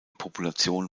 population